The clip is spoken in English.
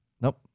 nope